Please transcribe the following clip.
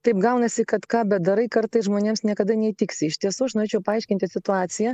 taip gaunasi kad ką bedarai kartais žmonėms niekada neįtiksi iš tiesų aš norėčiau paaiškinti situaciją